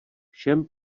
všem